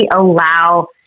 allow